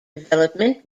development